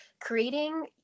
creating